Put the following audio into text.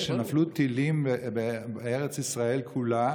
הנושא, נפלו טילים בארץ ישראל כולה